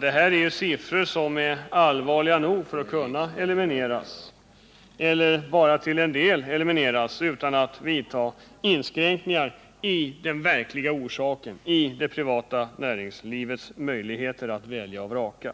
Dessa siffror är alltför allvarliga för att kunna elimineras — eller ens till en del elimineras — utan att det vidtas inskränkningar i det privata näringslivets möjligheter att välja och vraka.